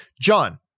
John